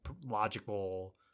logical